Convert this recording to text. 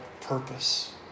purpose